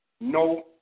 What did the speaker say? no